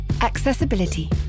Accessibility